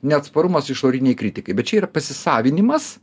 neatsparumas išorinei kritikai bet čia yra pasisavinimas